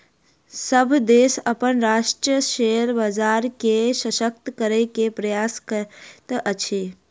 सभ देश अपन राष्ट्रक शेयर बजार के शशक्त करै के प्रयास करैत अछि